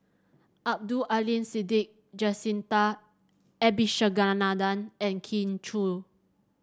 Abdul Aleem Siddique Jacintha Abisheganaden and Kin Chui